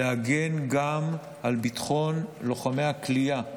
להגן גם על ביטחון לוחמי הכליאה,